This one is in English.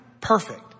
perfect